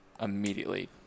immediately